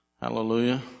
Hallelujah